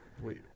Wait